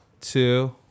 two